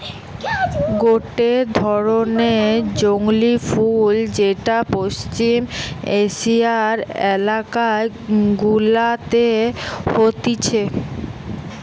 গটে ধরণের জংলী ফুল যেটা পশ্চিম এশিয়ার এলাকা গুলাতে হতিছে